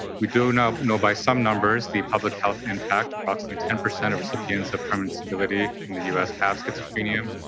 we do know know by some numbers the public health impact. approximately ten percent of recipients of permanent disability in the us have schizophrenia.